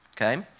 Okay